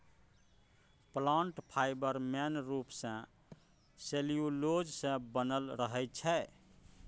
plant fibre main रुप सँ cellulose सँ बनल रहै छै